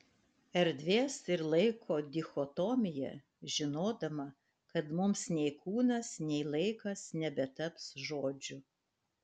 erdvės ir laiko dichotomija žinodama kad mums nei kūnas nei laikas nebetaps žodžiu